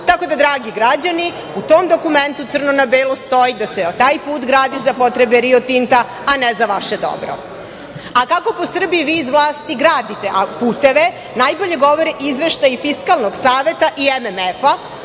tako da dragi građani u tom dokumentu crno na belo stoji da se taj put gradi za potrebe Rio Tinta, a ne za vaše dobro. Kako po Srbiji vi iz vlasti gradite puteve, najbolje govori izveštaj Fiskalnog saveta i MMF,